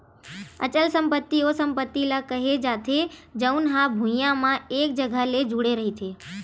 अचल संपत्ति ओ संपत्ति ल केहे जाथे जउन हा भुइँया म एक जघा म जुड़े रहिथे